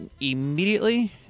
immediately